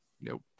nope